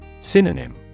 Synonym